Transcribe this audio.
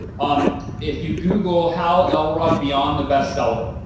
um if you google, hal elrod beyond the bestseller.